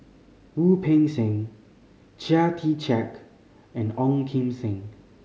Wu Peng Seng Chia Tee Chiak and Ong Kim Seng